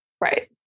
Right